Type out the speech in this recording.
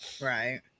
Right